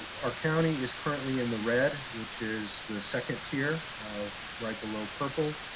our county is currently in the red, which is the second tier um right below purple.